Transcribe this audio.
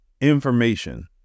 information